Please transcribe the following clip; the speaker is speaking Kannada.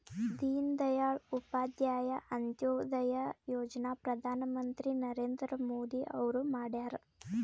ದೀನ ದಯಾಳ್ ಉಪಾಧ್ಯಾಯ ಅಂತ್ಯೋದಯ ಯೋಜನಾ ಪ್ರಧಾನ್ ಮಂತ್ರಿ ನರೇಂದ್ರ ಮೋದಿ ಅವ್ರು ಮಾಡ್ಯಾರ್